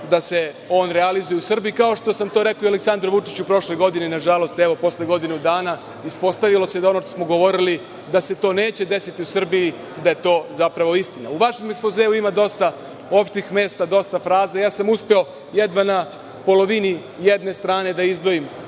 da se on realizuje u Srbiji, kao što sam to rekao i Aleksandru Vučiću prošle godine. Nažalost, evo, posle godinu dana ispostavilo se da ono što smo govorili da se to neće desiti u Srbiji, da je to zapravo istina.U vašem ekspozeu ima dosta opštih mesta, dosta fraza. Uspeo sam jedva na polovini jedne starne da izdvojim